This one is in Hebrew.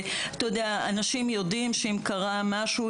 אנשים יודעים שאם קרה משהו,